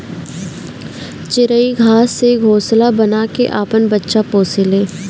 चिरई घास से घोंसला बना के आपन बच्चा पोसे ले